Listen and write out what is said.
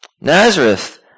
Nazareth